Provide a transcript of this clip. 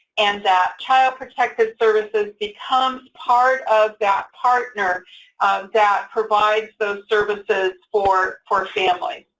and that child protective services becomes part of that partner that provides those services for for families.